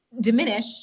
diminish